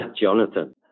Jonathan